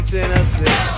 Tennessee